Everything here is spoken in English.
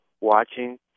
watching